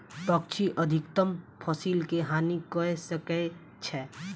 पक्षी अधिकतम फसिल के हानि कय सकै छै